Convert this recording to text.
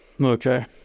Okay